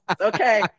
okay